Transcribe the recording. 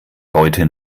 beute